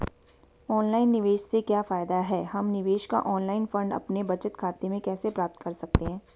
Online निवेश से क्या फायदा है हम निवेश का ऑनलाइन फंड अपने बचत खाते में कैसे प्राप्त कर सकते हैं?